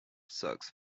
sox